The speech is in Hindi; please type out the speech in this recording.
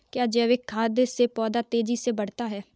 क्या जैविक खाद से पौधा तेजी से बढ़ता है?